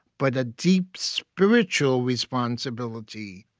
but a deep spiritual responsibility.